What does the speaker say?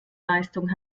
leistung